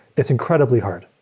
it's incredibly hard,